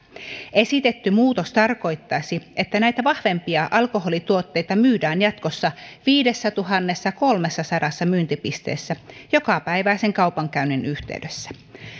esitetty muutos tarkoittaisi että näitä vahvempia alkoholituotteita myydään jatkossa viidessätuhannessakolmessasadassa myyntipisteessä jokapäiväisen kaupankäynnin yhteydessä